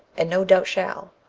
and no doubt shall,